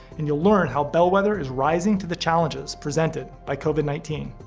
and you'll learn how bellwether is rising to the challenges presented by covid nineteen.